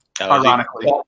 Ironically